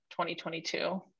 2022